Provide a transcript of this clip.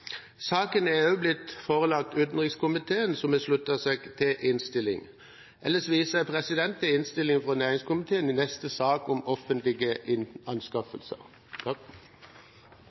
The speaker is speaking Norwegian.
Saken er også blitt forelagt utenrikskomiteen, som har sluttet seg til innstillingen. Ellers viser jeg til innstillingen fra næringskomiteen i neste sak om offentlige anskaffelser.